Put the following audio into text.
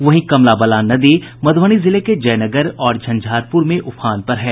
वहीं कमला बलान नदी मध्रबनी जिले के जयनगर और झंझारपुर में उफान पर है